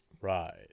Right